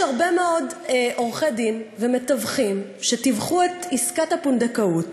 יש הרבה מאוד עורכי-דין ומתווכים שתיווכו את עסקת הפונדקאות